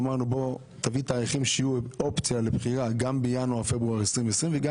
אמרנו תביא תאריכים שיהיו אופציה לבחירה גם בינואר-פברואר 2020 וגם